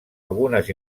algunes